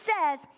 says